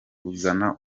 kuzana